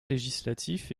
législatif